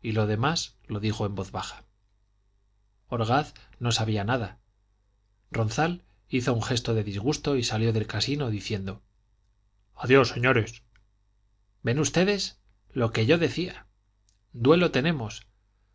y lo demás lo dijo en voz baja orgaz no sabía nada ronzal hizo un gesto de disgusto y salió del casino diciendo adiós señores ven ustedes lo que yo decía duelo tenemos